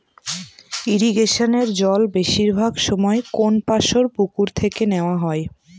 ইরিগেশনের জল বেশিরভাগ সময় কোনপাশর পুকুর থেকে নেওয়া হয়